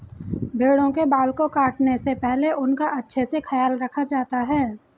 भेड़ों के बाल को काटने से पहले उनका अच्छे से ख्याल रखा जाता है